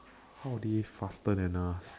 how did it faster than us